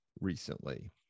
recently